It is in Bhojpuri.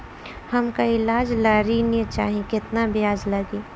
हमका ईलाज ला ऋण चाही केतना ब्याज लागी?